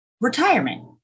retirement